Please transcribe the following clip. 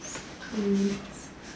mm